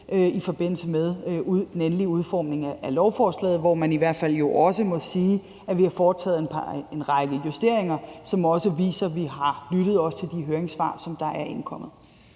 i forbindelse med den endelige udformning af lovforslaget, hvor man i hvert fald også må sige, at vi har foretaget en række justeringer, som viser, at vi også har lyttet til de høringssvar, som er indkommet.